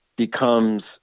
becomes